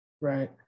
Right